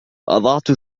أضعت